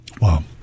Wow